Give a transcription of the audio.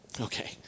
Okay